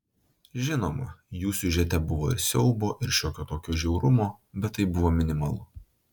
žinoma jų siužete buvo ir siaubo ir šiokio tokio žiaurumo bet tai buvo minimalu